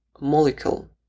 molecule